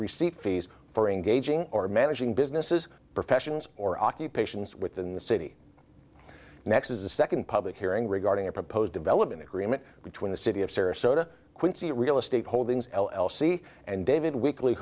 receipt fees for engaging or managing businesses professions or occupations within the city next as a second public hearing regarding a proposed development agreement between the city of sarasota quincy real estate holdings l l c and david weekl